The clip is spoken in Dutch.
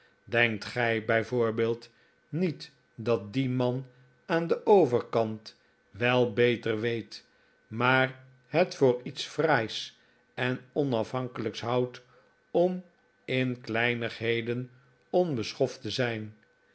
denkt gij bij voorbeeld niet dat die man aan den overkant wel beter weet maar het voor iets fraais en onafhankelijks houdt om in kleinigheden onbeschoft te zijn